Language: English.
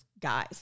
guys